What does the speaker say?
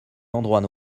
endroits